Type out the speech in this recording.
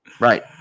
Right